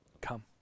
come